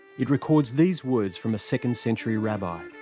it records these words from a second-century rabbi